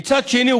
ומצד שני,